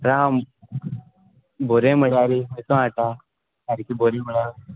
रा बोरें म्हळ्यारी केसो हाट्टा सारकी बोरी म्हळ्या